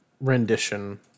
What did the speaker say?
rendition